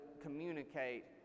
communicate